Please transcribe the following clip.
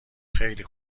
خیلی